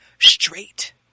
straight